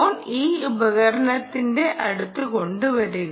phone ഈ ഉപകരണത്തിന്റെ അടുത്ത് കൊണ്ടുവരുക